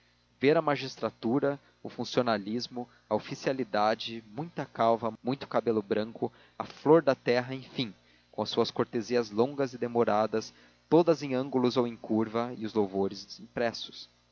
ver a magistratura o funcionalismo a oficialidade muita calva muito cabelo branco a flor da terra enfim com as suas cortesias longas e demoradas todas em ângulo ou em curva e os louvores impressos